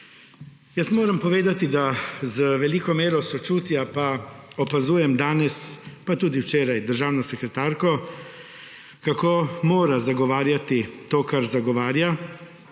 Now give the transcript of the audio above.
(nadaljevanje) da z veliko mero sočutja pa opazujem danes pa tudi včeraj državno sekretarko kako moa zagovarjati to, kar zagovarja